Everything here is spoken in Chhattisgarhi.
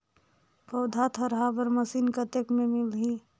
पौधा थरहा बर मशीन कतेक मे मिलही?